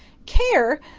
care!